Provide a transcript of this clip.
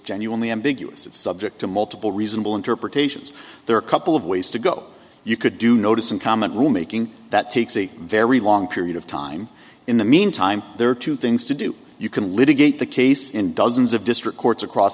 genuinely ambiguous it's subject to multiple reasonable interpretations there are a couple of ways to go you could do notice and comment rule making that takes a very long period of time in the meantime there are two things to do you can litigate the case in dozens of district courts across